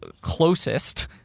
closest